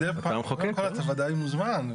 מדי פעם, אתה ודאי מוזמן.